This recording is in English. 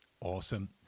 awesome